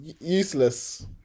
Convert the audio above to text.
Useless